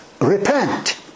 repent